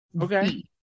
okay